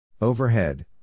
Overhead